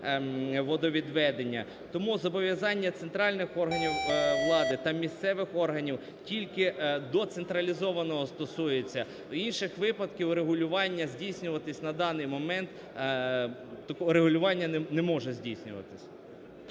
водовідведення. Тому зобов’язання центральних органів влади та місцевих органів тільки до централізованого стосується, інших випадків регулювання здійснюватись на даний момент, такого регулювання не може здійснюватись.